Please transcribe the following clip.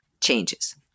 changes